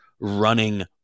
running